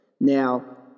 now